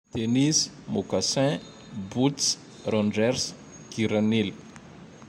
Tennis, mokasin, boots, rangers, kiranily.